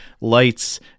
lights